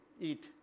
eat